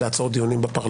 תציגי את עצמך גם לפרוטוקול.